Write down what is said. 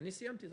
אני סיימתי.